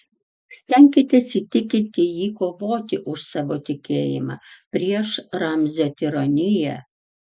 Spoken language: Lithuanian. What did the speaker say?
stenkitės įtikinti jį kovoti už savo tikėjimą prieš ramzio tironiją